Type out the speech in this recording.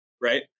Right